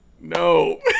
No